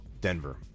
Denver